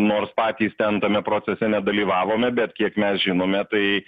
nors patys ten tame procese nedalyvavome bet kiek mes žinome tai